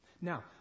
Now